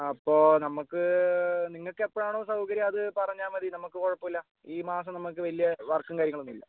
അപ്പോൾ നമുക്ക് നിങ്ങൾക്കെപ്പോഴാണോ സൗകര്യം അത് പറഞ്ഞാൽ മതി നമുക്ക് കുഴപ്പമില്ല ഈ മാസം നമുക്ക് വലിയ വർക്കും കാര്യങ്ങളുമൊന്നുമില്ല